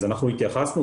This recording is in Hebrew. אנחנו התייחסנו,